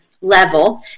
level